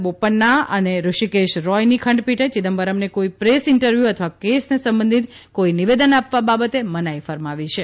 બોપન્ના અને ઋષિકેશ રોયની ખંડપીઠે ચિદમ્બરમને કોઇ પ્રેસ ઇન્ટરવ્યૂ અથવા કેસને સંબંધિત કોઇ નિવેદન આપવા બાબતે મનાઇ ફરમાવી છે